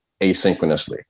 asynchronously